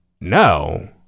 no